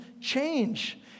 change